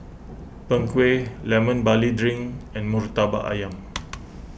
Png Kueh Lemon Barley Drink and Murtabak Ayam